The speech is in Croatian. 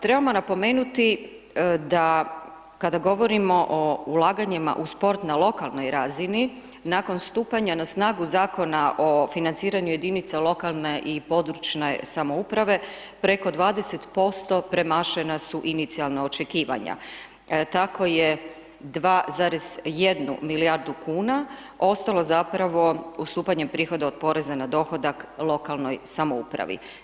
Trebamo napomenuti da kada govorimo o ulaganjima u sport na lokalnoj razini, nakon stupanja na snagu Zakona o financiranju jedinice lokalne i područne samouprave, preko 20% premašena su inicijalna očekivanja, tako je 2,1 milijardu kuna, ostalo zapravo ustupanje prihoda od poreza na dohodak lokalnoj samoupravi.